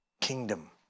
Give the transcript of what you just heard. kingdom